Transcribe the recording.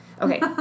Okay